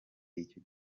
y’icyo